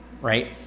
right